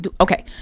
Okay